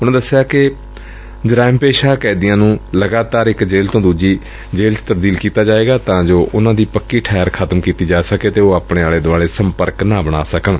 ਉਨੂਾਂ ਦਸਿਆ ਕਿ ਜਰਾਇਮ ਪੇਸ਼ਾ ਕੈਦੀਆਂ ਨੂੰ ਲਗਾਤਾਰ ਇਕ ਜੇਲ੍ਹ ਤੋਂ ਦੂਜੀ ਜੇਲ੍ਹ ਚ ਤਬਦੀਲ ਕੀਤਾ ਜਾਏਗਾ ਤਾਂ ਜੋ ਉਨੂਂ ਦੀ ਪੱਕੀ ਠਹਿਰ ਖ਼ਤਮ ਕੀਤੀ ਜਾ ਸਕੇ ਅਤੇ ਉਹ ਆਪਣੇ ਆਲੇ ਦੁਆਲੇ ਸੰਪਰਕ ਨਾ ਬਣਾ ਸਕਣ